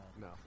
No